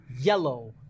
Yellow